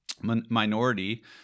minority